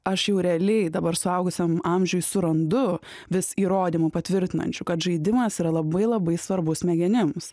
aš jau realiai dabar suaugusiam amžiui surandu vis įrodymų patvirtinančių kad žaidimas yra labai labai svarbus smegenims